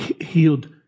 healed